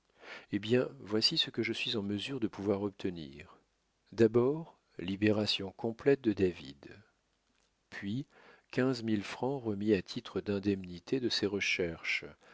eh bien voici ce que je suis en mesure de pouvoir obtenir d'abord libération complète de david puis quinze mille francs remis à titre d'indemnité de ses recherches